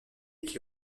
qui